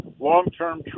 long-term